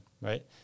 right